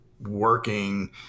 working